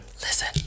listen